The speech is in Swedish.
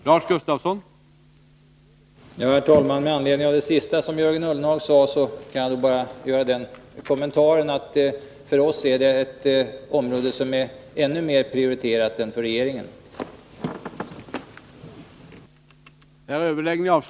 Herr talman! Med anledning av det sista som Jörgen Ullenhag sade kan jag nog bara göra den kommentaren att det här är ett område som prioriteras ännu mer av oss än av regeringen.